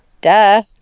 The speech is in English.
Duh